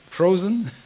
Frozen